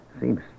Seems